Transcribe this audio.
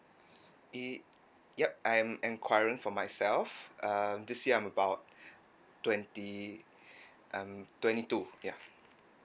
mm yup I'm enquiring for myself um this year I'm about twenty I'm twenty two ya